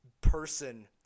person